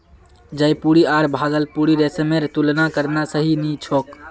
जयपुरी आर भागलपुरी रेशमेर तुलना करना सही नी छोक